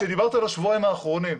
כשדיברת על השבועיים האחרונים,